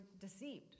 deceived